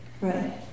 Right